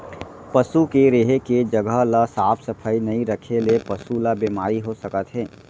पसू के रेहे के जघा ल साफ सफई नइ रखे ले पसु ल बेमारी हो सकत हे